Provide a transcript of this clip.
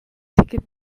ticket